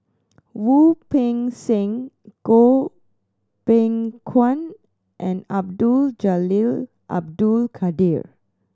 Wu Peng Seng Goh Beng Kwan and Abdul Jalil Abdul Kadir